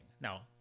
Now